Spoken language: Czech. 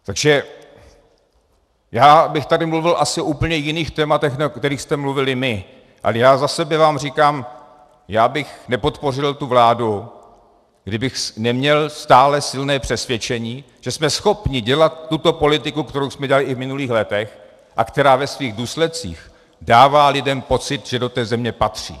Takže já bych tady mluvil asi o úplně jiných tématech, než o kterých jste mluvili vy, ale za sebe vám říkám, já bych nepodpořil tu vládu, kdybych neměl stále silné přesvědčení, že jsme schopni dělat tuto politiku, kterou jsme dělali i v minulých letech a která ve svých důsledcích dává lidem pocit, že do té země patří.